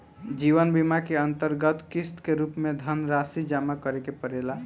जीवन बीमा के अंतरगत किस्त के रूप में धनरासि जमा करे के पड़ेला